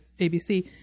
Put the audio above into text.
ABC—